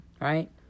right